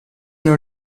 non